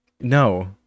No